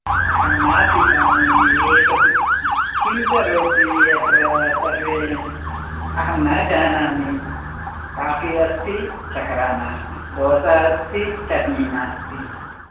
अहं न पिबामि एतत् किं करोति अत्र सर्वे अहं न जानामि काफ़ी अस्ति शर्करा नास्ति दोसा अस्ति चट्नी नास्ति